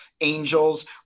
angels